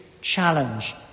challenge